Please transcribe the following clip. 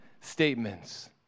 statements